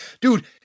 Dude